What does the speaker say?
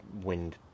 wind